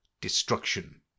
destruction